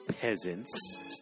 peasants